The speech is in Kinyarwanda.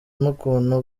n’ukundi